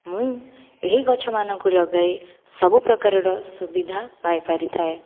ମୁଁ ଏହି ଗଛମାନଙ୍କୁ ଲଗାଇ ସବୁପ୍ରକାରର ସୁବିଧା ପାଇ ପାରିଥାଏ